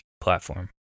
platform